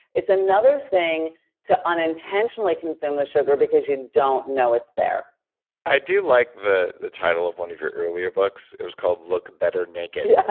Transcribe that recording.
it's another thing to unintentionally consume the sugar because you don't know it's there i do like the the title of one of your earlier books. it was called look better naked. yeah